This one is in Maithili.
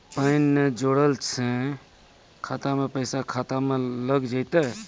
पैन ने जोड़लऽ छै खाता मे पैसा खाता मे लग जयतै?